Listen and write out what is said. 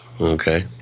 Okay